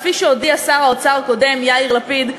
כפי שהודיע שר האוצר הקודם יאיר לפיד,